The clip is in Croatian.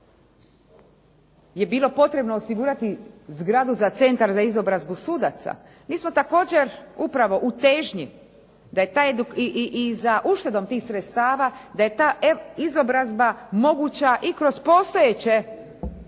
je bilo potrebno osigurati zgradu za centar za izobrazbu sudaca. Mi smo također upravo u težnji da je ta, i za uštedom tih sredstava da je ta izobrazba moguća i kroz postojeće